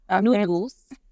noodles